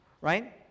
right